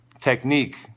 technique